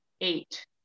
eight